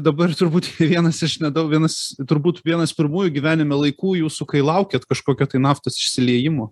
dabar turbūt vienas iš nedaug vienas turbūt vienas pirmųjų gyvenime laikų jūsų kai laukiat kažkokio tai naftos išsiliejimo